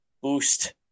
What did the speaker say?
boost